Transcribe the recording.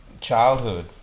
childhood